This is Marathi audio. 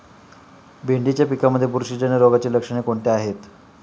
भेंडीच्या पिकांमध्ये बुरशीजन्य रोगाची लक्षणे कोणती आहेत?